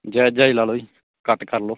ਜਾਇਜ ਜਾਇਜ ਲਾ ਲਓ ਜੀ ਘੱਟ ਕਰ ਲਓ